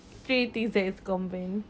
three things that is common